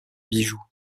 bijou